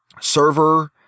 server